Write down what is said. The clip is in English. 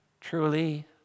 truly